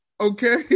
okay